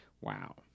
Wow